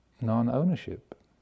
non-ownership